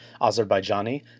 Azerbaijani